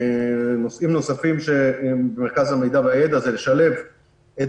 נושאים נוספים של מרכז המידע והידע זה לשלב את